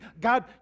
God